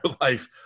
life